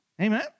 Amen